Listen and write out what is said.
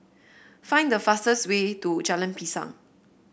find the fastest way to Jalan Pisang